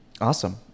awesome